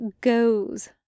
goes